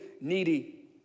needy